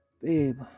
babe